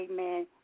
amen